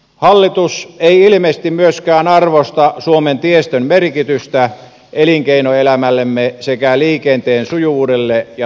hallitus ei ilmeisesti myöskään arvosta suomen tiestön merkitystä elinkeinoelämällemme sekä liikenteen sujuvuudelle ja turvallisuudelle